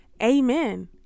amen